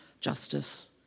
Justice